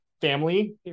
family